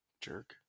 Jerk